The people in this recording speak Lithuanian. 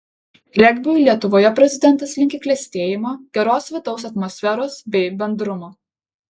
regbiui lietuvoje prezidentas linki klestėjimo geros vidaus atmosferos bei bendrumo